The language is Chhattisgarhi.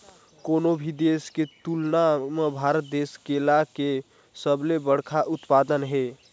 कोनो भी देश के तुलना म भारत देश केला के सबले बड़खा उत्पादक हे